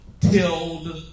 tilled